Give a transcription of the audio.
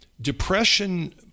depression